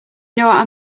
know